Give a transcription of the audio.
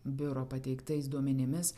biuro pateiktais duomenimis